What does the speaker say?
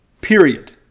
Period